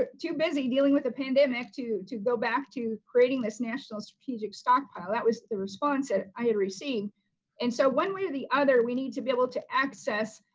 ah too busy dealing with a pandemic, to to go back to creating this national strategic stockpile that was the response that i had received and so one way or the other, we need to be able to access,